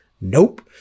nope